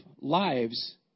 lives